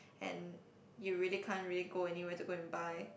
and you really can't really go anywhere to go and buy